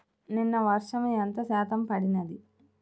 నిన్న వర్షము ఎంత శాతము పడినది?